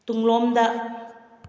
ꯇꯨꯡꯂꯣꯝꯗ